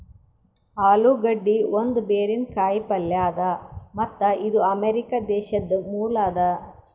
ಆಲೂಗಡ್ಡಿ ಒಂದ್ ಬೇರಿನ ಕಾಯಿ ಪಲ್ಯ ಅದಾ ಮತ್ತ್ ಇದು ಅಮೆರಿಕಾ ದೇಶದ್ ಮೂಲ ಅದಾ